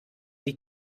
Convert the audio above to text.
die